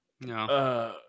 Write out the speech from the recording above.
No